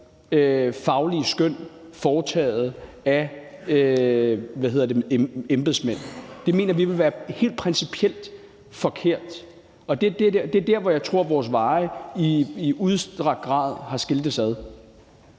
faglige skøn foretaget af embedsmænd. Det mener vi ville være helt principielt forkert, og det er der, hvor jeg tror vores veje i udstrakt grad er skiltes.